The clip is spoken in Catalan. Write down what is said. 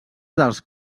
dels